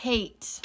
Hate